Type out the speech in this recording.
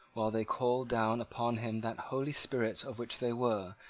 while they called down upon him that holy spirit of which they were,